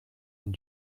and